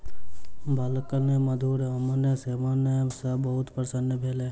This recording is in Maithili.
बालकगण मधुर आमक सेवन सॅ बहुत प्रसन्न भेल